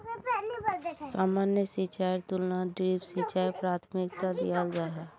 सामान्य सिंचाईर तुलनात ड्रिप सिंचाईक प्राथमिकता दियाल जाहा